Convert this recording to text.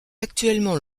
actuellement